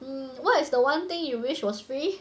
um what is the one thing you wish was free